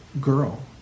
girl